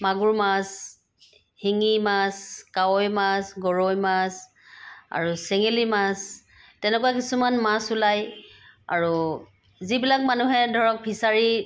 মাগুৰ মাছ শিঙী মাছ কাৱৈ মাছ গৰৈ মাছ আৰু চেঙেলী মাছ তেনেকুৱা কিছুমান মাছ ওলাই আৰু যিবিলাক মানুহে ধৰক ফিচাৰী